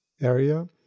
area